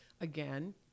Again